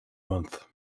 month